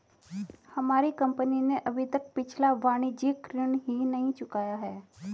हमारी कंपनी ने अभी तक पिछला वाणिज्यिक ऋण ही नहीं चुकाया है